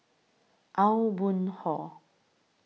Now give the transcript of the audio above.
Aw Boon Haw